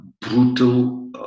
brutal